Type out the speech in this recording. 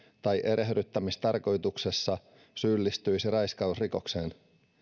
tai erehdyttämistarkoituksessa syyllistyisi raiskausrikokseen